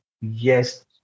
yes